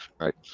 right